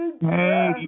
Hey